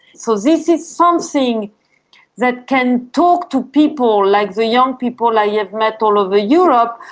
so this is something that can talk to people, like the young people i have met all over europe,